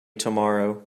tomorrow